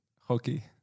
Hockey